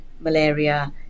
malaria